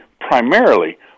primarily